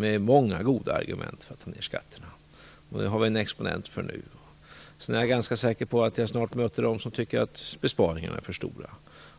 De har många goda argument för att få ned skatterna, och det finns det en exponent för nu. Och jag är ganska säker på att jag snart möter dem som tycker att besparingarna är för stora